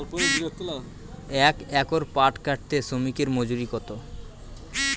এক একর পাট কাটতে শ্রমিকের মজুরি কত?